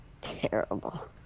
Terrible